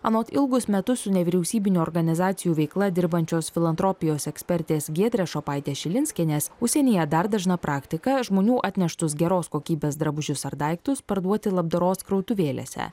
anot ilgus metus su nevyriausybinių organizacijų veikla dirbančios filantropijos ekspertės giedrės šopaitės šilinskienės užsienyje dar dažna praktika žmonių atneštus geros kokybės drabužius ar daiktus parduoti labdaros krautuvėlėse